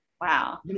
Wow